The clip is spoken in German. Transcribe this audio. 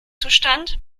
zustand